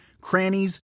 crannies